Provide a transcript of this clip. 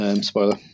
Spoiler